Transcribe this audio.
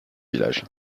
village